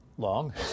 long